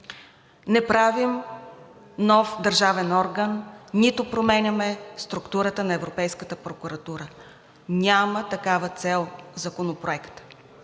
Не правим нов държавен орган, нито променяме структурата на Европейската прокуратура. Няма такава цел Законопроектът.